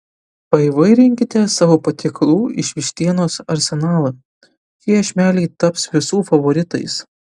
paįvairinkite savo patiekalų iš vištienos arsenalą šie iešmeliai taps visų favoritais